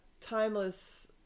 timeless